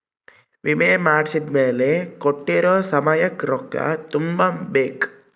ವಿಮೆ ಮಾಡ್ಸಿದ್ಮೆಲೆ ಕೋಟ್ಟಿರೊ ಸಮಯಕ್ ರೊಕ್ಕ ತುಂಬ ಬೇಕ್